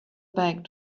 back